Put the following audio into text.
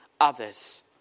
others